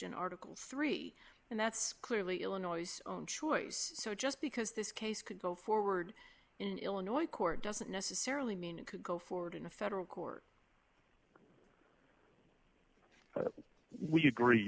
in article three and that's clearly illinois own choice so just because this case could go forward in illinois court doesn't necessarily mean it could go forward in a federal court we agree